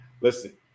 listen